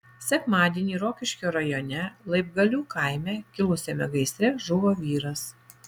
sekmadienį rokiškio rajone laibgalių kaime kilusiame gaisre žuvo vyras